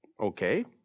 Okay